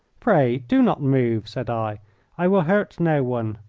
pray do not move, said i i will hurt no one,